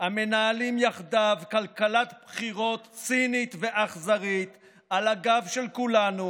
המנהלים יחדיו כלכלת בחירות צינית ואכזרית על הגב של כולנו,